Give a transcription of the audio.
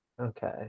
Okay